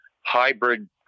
hybrid